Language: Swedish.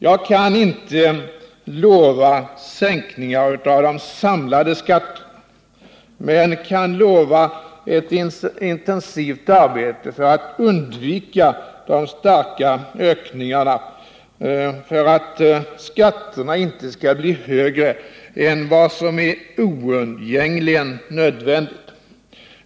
Jag kan inte lova sänkningar av de samlade skatterna, men jag kan lova ett intensivt arbete för att undvika de starka ökningarna, för att skatterna inte skall bli högre än vad som är oundgängligen nödvändigt.